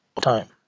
time